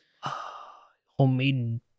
Homemade